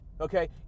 okay